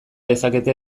dezakete